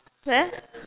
there